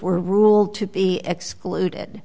were ruled to be excluded